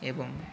ଏବଂ